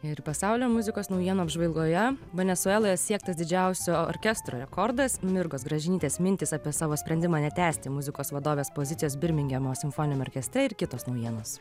ir pasaulio muzikos naujienų apžvalgoje venesueloje siektas didžiausio orkestro rekordas mirgos gražinytės mintys apie savo sprendimą netęsti muzikos vadovės pozicijos birmingemo simfoniniam orkestre ir kitos naujienos